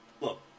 look